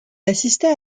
assista